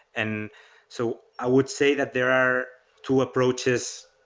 and so i would say that there are two approaches,